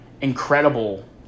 incredible